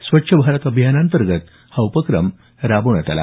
स्वच्छ भारत अभियानाअंतर्गत हा उपक्रम राबवण्यात आला